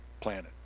planet